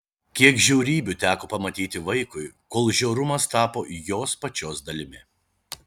kiek žiaurybių teko pamatyti vaikui kol žiaurumas tapo jos pačios dalimi